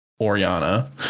Oriana